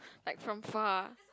like from far